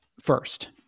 first